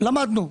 למדנו.